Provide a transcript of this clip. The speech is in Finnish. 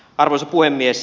arvoisa puhemies